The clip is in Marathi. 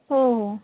हो हो